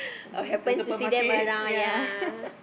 or going to the supermarket ya